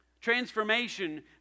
Transformation